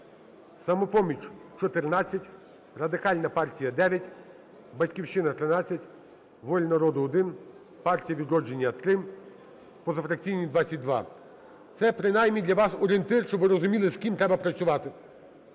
"Самопоміч" – 14, Радикальна партія – 9, "Батьківщина" – 13, "Воля народу" – 1, "Партія "Відродження" – 3, позафракційні – 22. Це, принаймні, для вас орієнтир, щоб ви розуміли, з ким треба працювати.